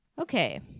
okay